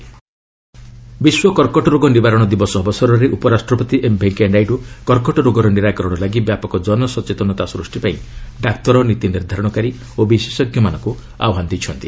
world cancer day ବିଶ୍ୱ କର୍କଟ ରୋଗ ନିବାରଣ ଦିବସ ଅବସରରେ ଉପ ରାଷ୍ଟ୍ରପତି ଏମ୍ ଭେଙ୍କିୟା ନାଇଡ଼ କର୍କଟ ରୋଗର ନିରାକରଣ ଲାଗି ବ୍ୟାପକ ଜନସଚେତନତା ସୃଷ୍ଟି ପାଇଁ ଡାକ୍ତର ନୀତି ନିର୍ଦ୍ଧାରଣକାରୀ ଓ ବିଶେଷଜ୍ଞମାନଙ୍କୁ ଆହ୍ୱାନ ଦେଇଛନ୍ତି